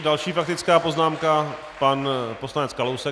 Další faktická poznámka pan poslanec Kalousek.